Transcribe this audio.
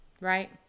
right